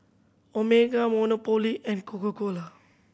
Omega Monopoly and Coca Cola